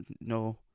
No